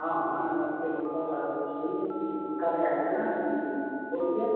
हाँ हाँ नमस्ते हम कर रहें चाहिए भी कर रहें हैं बोलिए